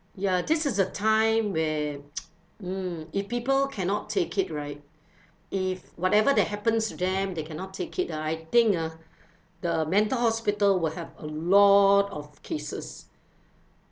ya this is a time where mm if people cannot take it right if whatever that happens to them they cannot take it ah I think ah the mental hospital will have a lot of cases